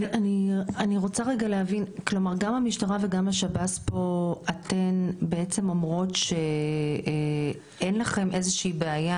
גם המשטרה וגם השב"ס, אתן אומרות שאין לכן בעיה,